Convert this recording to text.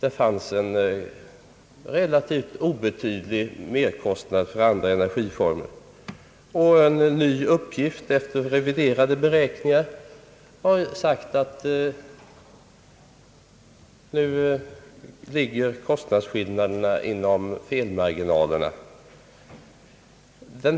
Det förelåg en relativt obetydlig merkostnad för andra energiformer. En ny uppgift efter reviderade beräkningar har angivit att kostnadsskillnaderna nu ligger inom felmarginalernas ram.